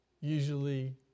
usually